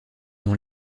dans